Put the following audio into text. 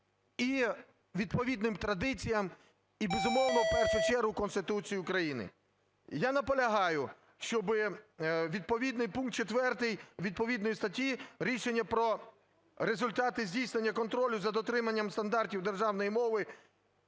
і відповідним традиціям і, безумовно, в першу чергу Конституції України. Я наполягаю, щоби відповідний пункт 4 відповідної статті: "Рішення про результати здійснення контролю за дотриманням стандартів державної мови,